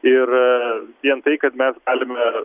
ir vien tai kad mes galime